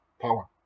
power